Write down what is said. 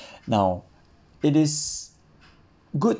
now it is good